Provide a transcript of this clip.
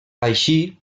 així